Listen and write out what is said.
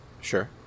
sure